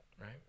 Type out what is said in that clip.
right